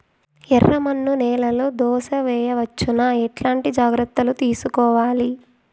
ఎర్రమన్ను నేలలో దోస వేయవచ్చునా? ఎట్లాంటి జాగ్రత్త లు తీసుకోవాలి?